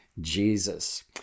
Jesus